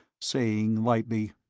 saying lightly,